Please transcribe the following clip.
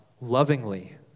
lovingly